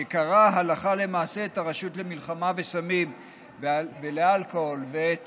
שקרע הלכה למעשה את הרשות למלחמה בסמים ובאלכוהול ואת